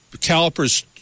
calipers